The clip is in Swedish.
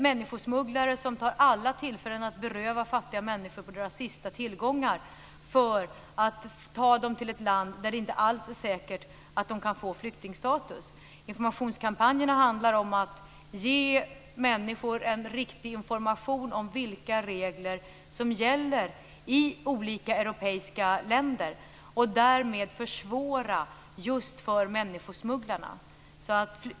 Människosmugglare tar alla tillfällen att beröva fattiga människor deras sista tillgångar för att ta dem till ett land där det inte alls är säkert att de kan få flyktingstatus. Informationskampanjerna handlar om att ge människor en riktig information om vilka regler som gäller i olika europeiska länder och därmed försvåra just för människosmugglarna.